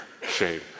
shame